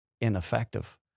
ineffective